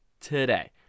today